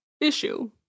issue